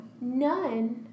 None